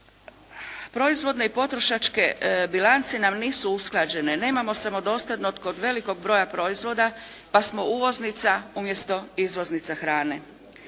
Proizvodne i potrošačke bilance nam nisu usklađene, nemamo samodostatnost kod velikih velikog broja proizvoda pa smo uvoznica umjesto izvoznica hrane.